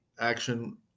action